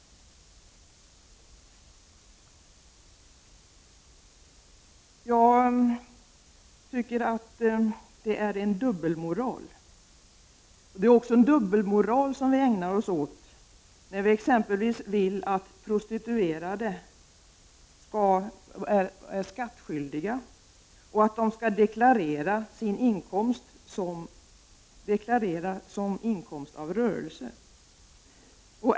Jag tycker att det är dubbelmoral. Det är också dubbelmoral vi ägnar oss åt, när vi exempelvis vill att prostituerade skall vara skattskyldiga och att de skall deklarera inkomst av rörelse.